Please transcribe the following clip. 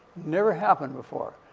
never happened before.